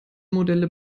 modelle